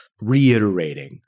reiterating